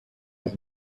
his